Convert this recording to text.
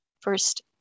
first